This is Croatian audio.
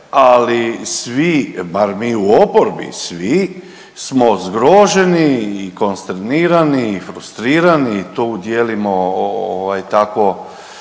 ali svi bar mi u oporbi svi smo zgroženi i konsternirani i frustrirani tu dijelimo ovaj